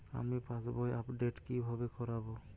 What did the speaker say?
আমি পাসবই আপডেট কিভাবে করাব?